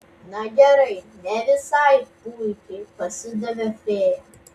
na gerai ne visai puikiai pasidavė fėja